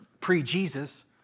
pre-Jesus